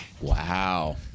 Wow